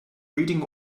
reading